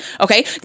okay